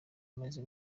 amaze